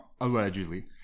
allegedly